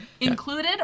included